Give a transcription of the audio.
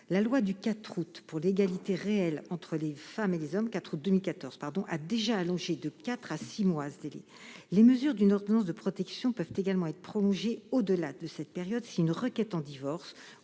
La loi du 4 août 2014 pour l'égalité réelle entre les femmes et les hommes a déjà allongé de quatre mois à six mois ce délai. Les mesures de l'ordonnance de protection peuvent également être prolongées au-delà de cette période si une requête en divorce